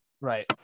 Right